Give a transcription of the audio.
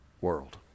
world